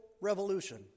Revolution